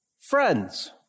friends